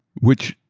which,